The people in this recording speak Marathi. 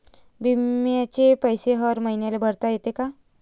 बिम्याचे पैसे हर मईन्याले भरता येते का?